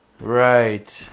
Right